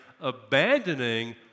abandoning